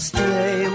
Stay